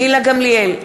גילה גמליאל,